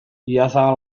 idiazabal